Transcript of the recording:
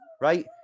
Right